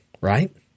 right